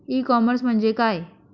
E commerce म्हणजे काय?